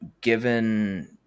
given